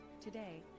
Today